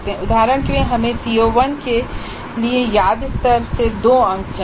उदाहरण के लिए हमें CO1 के लिए याद स्तर से 2 अंक चाहिए